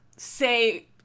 say